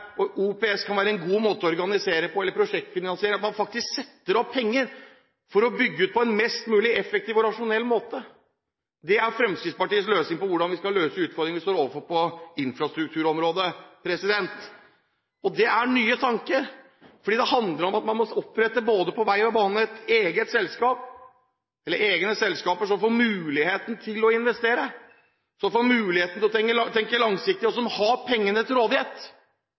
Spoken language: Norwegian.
OPS eller prosjektfinansiering kan være en god måte å organisere på, men man må sette av penger for å bygge ut på en mest mulig effektiv og rasjonell måte. Det er Fremskrittspartiets svar på hvordan vi skal møte utfordringene vi står overfor på infrastrukturområdet. Det er nye tanker, fordi det handler om at man må opprette både for vei og bane egne selskaper som får muligheten til å investere, som får muligheten til å tenke langsiktig, og som har pengene til rådighet.